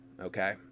okay